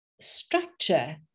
structure